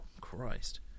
Christ